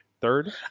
third